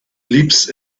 leaps